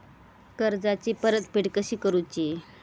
कर्जाची परतफेड कशी करूची?